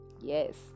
Yes